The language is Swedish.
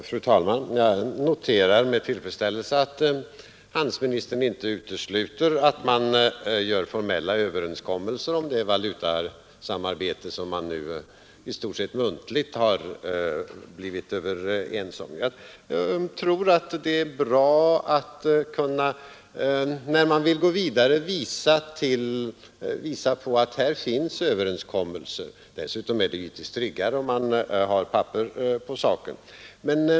Fru talman! Jag noterar med tillfredsställelse att handelsministern inte utesluter att man gör formella överenskommelser om det valutasamarbete som man nu i stort sett muntligt har blivit överens om. När man vill gå vidare tror jag att det är bra att visa på att här finns överenskommelser. Dessutom är det givetvis tryggare om man har papper på saken.